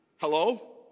Hello